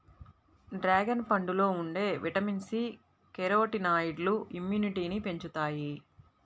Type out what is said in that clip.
dragon పండులో ఉండే vitamin C, కెరోటినాయిడ్లు ఇమ్యునిటీని పెంచుతాయి